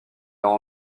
leurs